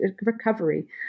recovery